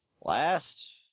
Last